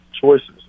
choices